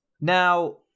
Now